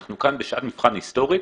אנחנו כאן בשעת מבחן היסטורית,